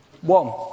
One